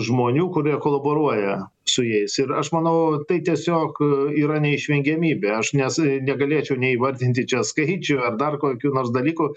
žmonių kurie kolaboruoja su jais ir aš manau tai tiesiog yra neišvengiamybė aš nes negalėčiau neįvardinti čia skaičių ar dar kokių nors dalykų